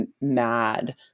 mad